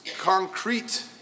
concrete